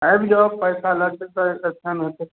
आबि जाउ पैसा लए जेबय तऽ ने आसान होतय